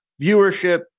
viewership